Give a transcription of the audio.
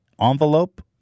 envelope